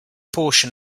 portion